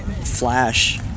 flash